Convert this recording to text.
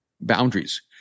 boundaries